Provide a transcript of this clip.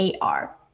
AR